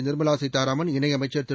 நிர்மலா சீதாராமன் இணையமைச்சர் திரு